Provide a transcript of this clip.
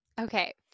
Okay